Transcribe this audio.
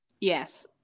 Yes